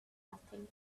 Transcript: nothing